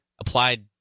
applied